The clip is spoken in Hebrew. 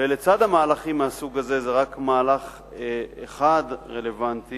ולצד המהלכים מהסוג הזה, זה רק מהלך אחד רלוונטי,